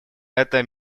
это